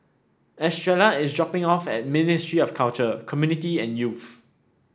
Estrella is dropping off at Ministry of Culture Community and Youth